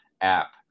app